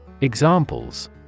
Examples